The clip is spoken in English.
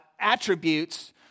attributes